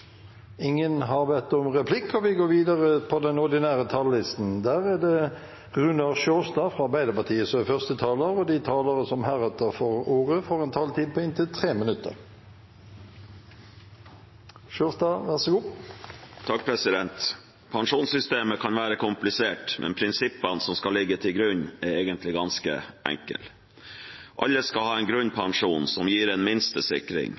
det forslaget han refererte til. De talere som heretter får ordet, har en taletid på inntil 3 minutter. Pensjonssystemet kan være komplisert, men prinsippene som skal ligge til grunn, er egentlig ganske enkle. Alle skal ha en grunnpensjon som gir en